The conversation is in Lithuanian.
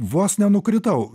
vos nenukritau